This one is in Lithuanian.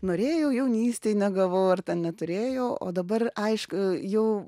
norėjau jaunystėj negalvau ar ten neturėjau o dabar aišku jau